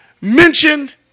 mentioned